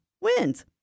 wins